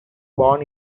born